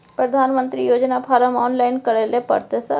प्रधानमंत्री योजना form online करैले परतै सर?